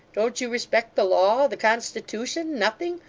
don't you respect the law the constitootion nothing?